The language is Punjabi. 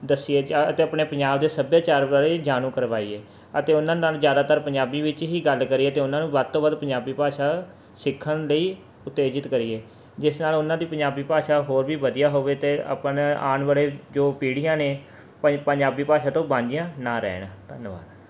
ਦੱਸੀਏ ਅਤੇ ਆਪਣੇ ਪੰਜਾਬ ਦੇ ਸੱਭਿਆਚਾਰ ਬਾਰੇ ਜਾਣੂ ਕਰਵਾਈਏ ਅਤੇ ਉਹਨਾਂ ਨਾਲ ਜ਼ਿਆਦਾਤਰ ਪੰਜਾਬੀ ਵਿੱਚ ਹੀ ਗੱਲ ਕਰੀਏ ਅਤੇ ਉਹਨਾਂ ਨੂੰ ਵੱਧ ਤੋਂ ਵੱਧ ਪੰਜਾਬੀ ਭਾਸ਼ਾ ਸਿੱਖਣ ਲਈ ਉਤੇਜਿਤ ਕਰੀਏ ਜਿਸ ਨਾਲ ਉਹਨਾਂ ਦੀ ਪੰਜਾਬੀ ਭਾਸ਼ਾ ਹੋਰ ਵੀ ਵਧੀਆ ਹੋਵੇ ਅਤੇ ਆਪਾਂ ਨੇ ਆਉਣ ਵਾਲੇ ਜੋ ਪੀੜ੍ਹੀਆਂ ਨੇ ਪ ਪੰਜਾਬੀ ਭਾਸ਼ਾ ਤੋਂ ਵਾਂਝੀਆਂ ਨਾ ਰਹਿਣ ਧੰਨਵਾਦ